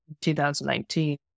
2019